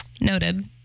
noted